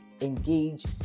engage